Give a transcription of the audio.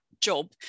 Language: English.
job